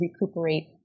recuperate